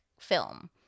film